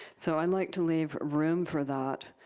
so i like to leave room for that.